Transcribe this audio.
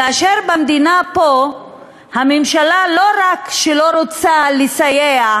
כאשר במדינה פה הממשלה לא רק שלא רוצה לסייע,